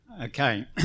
Okay